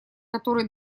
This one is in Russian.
которые